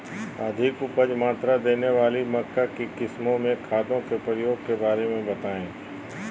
अधिक उपज मात्रा देने वाली मक्का की किस्मों में खादों के प्रयोग के बारे में बताएं?